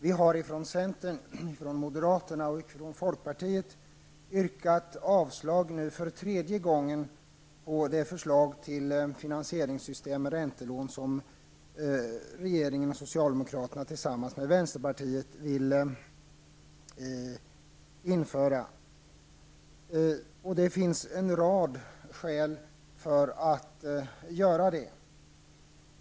Vi har från centern, moderaterna och folkpartiet nu för tredje gången yrkat avslag på det förslag till finansieringssystem med räntelån som regeringen och socialdemokraterna tillsammans med vänsterpartiet vill införa. Det finns en rad skäl för detta.